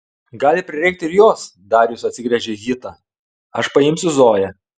gali prireikti ir jos darijus atsigręžė į hitą aš paimsiu zoją